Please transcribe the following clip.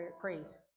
praise